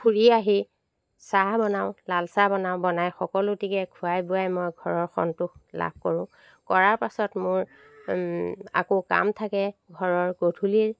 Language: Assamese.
ফুৰি আহি চাহ বনাও লালচাহ বনাও বনাই সকলোটিকে খোৱাই বোৱাই মই ঘৰৰ সন্তোষ লাভ কৰো কৰাৰ পাছত মোৰ আকৌ কাম থাকে ঘৰৰ গধূলিৰ